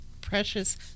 precious